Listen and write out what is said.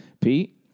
Pete